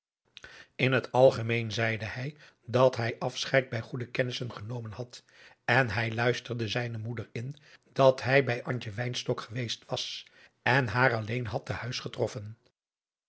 in het algemeen zeide hij dat hij afscheid bij goede kennissen genomen had en hij luisterde zijne moeder in dat hij bij antje wynstok geweest was en haar alleen had te buis getroffen